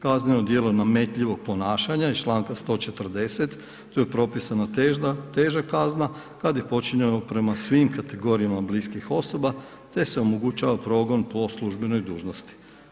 Kazneno djelo nametljivog ponašanja iz čl. 140., tu je propisana teža kazna kad je počinjeno prema svim kategorijama bliskih osoba te se omogućava progon po službenoj dužnosti.